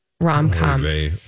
rom-com